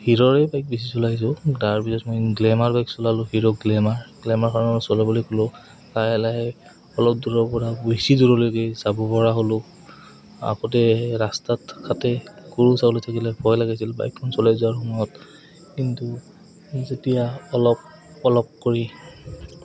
হিৰ'ৰেই bike বেছি চলাইছোঁ তাৰপিছত মই গ্লেমাৰ বাইক চলালোঁ হিৰ' গ্লেমাৰ গ্লেমাৰখন চলাবলৈ শিকিলোঁ লাহে লাহে অলপ দূৰৰ পৰা বেছি দূৰলৈকে যাব পৰা হ'লোঁ আগতে ৰাস্তাত কাটে গৰু ছাগলী থাকিলে ভয় লাগিছিল বাইকখন চলাই যোৱাৰ সময়ত কিন্তু যেতিয়া অলপ অলপ কৰি